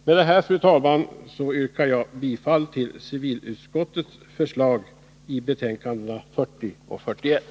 Med detta, fru talman, yrkar jag bifall till civilutskottets förslag i betänkandena 40 och 41.